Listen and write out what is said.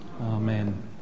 Amen